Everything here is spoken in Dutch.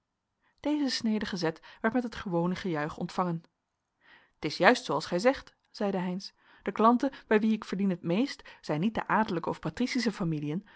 deze snedige zet werd met het gewone gejuich ontvangen t is juist zooals gij zegt zeide heynsz de klanten bij wie ik verdien het meest zijn niet de adellijke of patricische familiën